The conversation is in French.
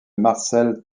marcel